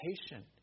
patient